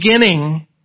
beginning